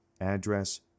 Address